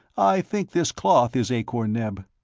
i think this cloth is akor-neb.